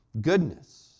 goodness